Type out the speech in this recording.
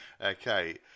Okay